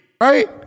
right